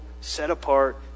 set-apart